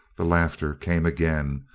the laughter came again,